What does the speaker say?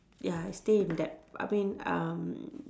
ya I stay in that I mean um